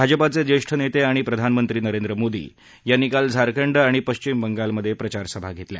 भाजपाचे ज्येष्ठ नेते आणि प्रधानमंत्री नरेंद्र मोदी यांनी काल झारखंड आणि पक्षिम बंगालमधे प्रचारसभा घेतल्या